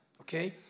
okay